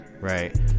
right